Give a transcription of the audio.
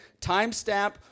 timestamp